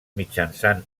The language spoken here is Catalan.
mitjançant